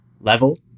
level